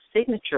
signature